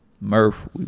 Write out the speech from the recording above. Murph